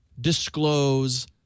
disclose